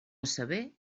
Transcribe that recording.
saber